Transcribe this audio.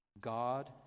god